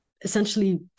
essentially